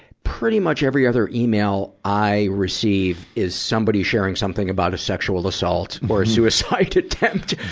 pretty much every other email i receive is somebody sharing something about a sexual assault, or a suicide attempt.